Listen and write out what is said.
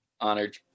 Honored